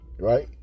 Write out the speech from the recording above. right